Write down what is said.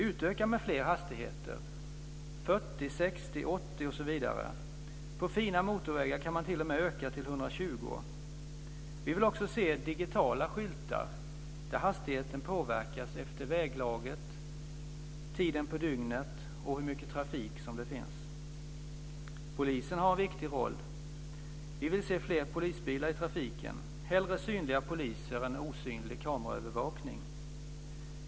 Utöka med fler hastigheter: 40, 60, 80 osv.! På fina motorvägar kan man t.o.m. öka till 120. Vi vill också se digitala skyltar, där hastigheten påverkas efter väglaget, tiden på dygnet och trafikens intensitet. Också polisen har en viktig roll. Vi vill se fler polisbilar i trafiken och vill hellre ha synliga poliser än osynlig kameraövervakning.